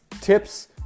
tips